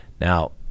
Now